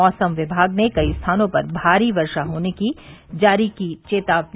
मौसम विभाग ने कई स्थानों पर भारी वर्षा होने की जारी की चेतावनी